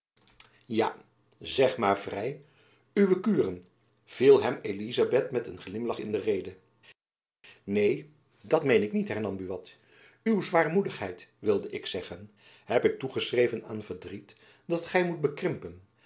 ja zeg maar vrij uwe kuren viel hem elizabeth met een glimlach in de rede neen dat meen ik niet hernam buat uw zwaarmoedigheid wilde ik zeggen heb ik toegeschreven aan verdriet dat gy u moet bekrimpen